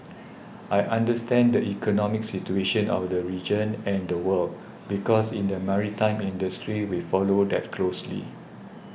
I understand the economic situation of the region and the world because in the maritime industry we follow that closely